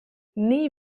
nie